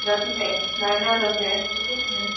जातलें जायना कशें किदें म्हणोन